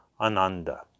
ananda